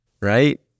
right